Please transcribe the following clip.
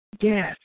Yes